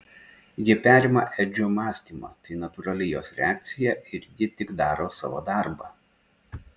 ji perima edžio mąstymą tai natūrali jos reakcija ir ji tik daro savo darbą